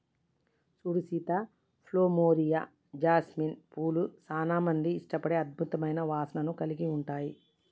సూడు Sita plumeria, jasmine పూలు సానా మంది ఇష్టపడే అద్భుతమైన వాసనను కలిగి ఉంటాయి